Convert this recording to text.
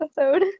episode